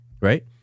right